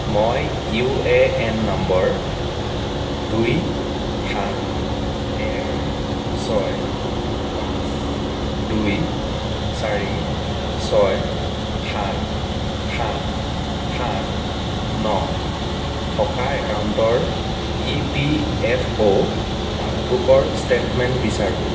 মই U A N number দুই সাত এক ছয় পাঁচ দুই চাৰি ছয় সাত সাত সাত ন থকা একাউণ্টৰ ই পি এফ অ' পাছবুকৰ ষ্টেটমেণ্ট বিচাৰোঁ